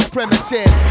primitive